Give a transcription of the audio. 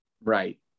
Right